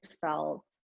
felt